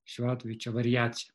šiuo atveju čia variacija